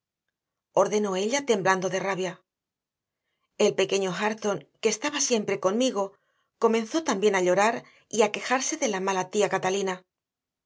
ordenó ella temblando de rabia el pequeño hareton que estaba siempre conmigo comenzó también a llorar y a quejarse de la mala tía catalina